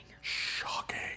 Shocking